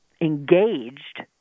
engaged